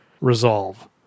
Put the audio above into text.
resolve